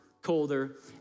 colder